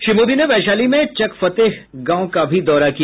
श्री मोदी ने वैशाली में चकफतेह गांव का भी दौरा किया